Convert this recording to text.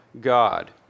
God